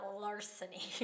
larceny